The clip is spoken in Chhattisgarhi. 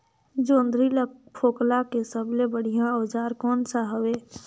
जोंदरी ला फोकला के सबले बढ़िया औजार कोन सा हवे?